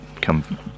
come